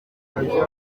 hakurya